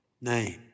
name